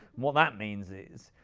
what that means is,